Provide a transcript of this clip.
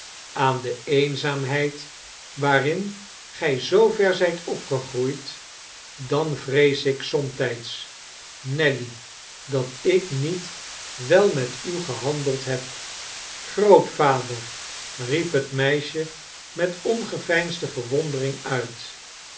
aan de eenzaamheid waa rin gij zoover zijt opgegroeid dan vrees ik somtijds nelly datjik niet wel met u gehandeld heb grootvader riep het meisje metongeveinsde verwondering uit